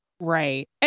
Right